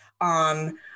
on